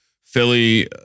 Philly